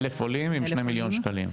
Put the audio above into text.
1000 עולים עם שני מיליון שקלים.